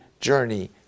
journey